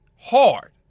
hard